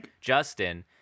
Justin